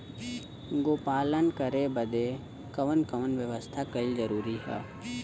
गोपालन करे बदे कवन कवन व्यवस्था कइल जरूरी ह?